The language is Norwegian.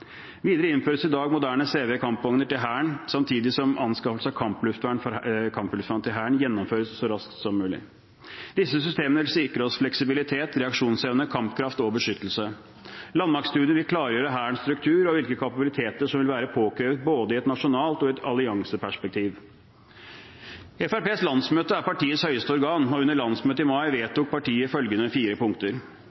Videre innføres i dag moderne CV90-kampvogner til Hæren, samtidig som anskaffelse av kampluftvern til Hæren gjennomføres så raskt som mulig. Disse systemene vil sikre oss fleksibilitet, reaksjonsevne, kampkraft og beskyttelse. Landmaktstudien vil klargjøre Hærens struktur og hvilke kapabiliteter som vil være påkrevd, både i et nasjonalt perspektiv og i et allianseperspektiv. Fremskrittspartiets landsmøte er partiets høyeste organ, og under landsmøtet i mai